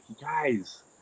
guys